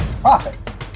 profits